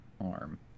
arm